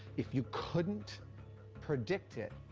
if you couldn't predict it,